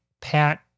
Pat